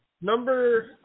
Number